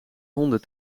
honden